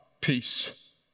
peace